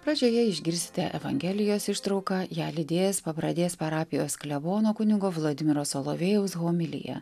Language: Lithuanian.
pradžioje išgirsite evangelijos ištrauką ją lydės pabradės parapijos klebono kunigo vladimiro solovėjaus homilija